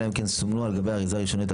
אלא אם כן סומנו על גבי האריזה הראשונית או